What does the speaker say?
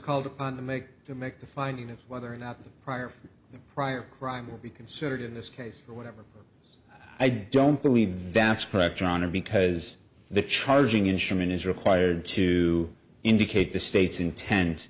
called upon to make to make the finding of whether or not the prior prior crime will be considered in this case or whatever i don't believe that's correct john or because the charging in sherman is required to indicate the states inten